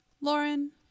Lauren